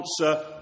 answer